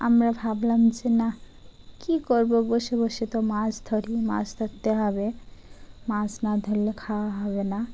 আমরা ভাবলাম যে না কী করবো বসে বসে তো মাছ ধরি মাছ ধরতে হবে মাছ না ধরলে খাওয়া হবে না